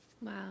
Wow